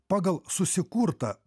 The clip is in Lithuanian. pagal susikurtą